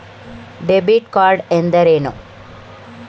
Debit card ಎಂದರೇನು?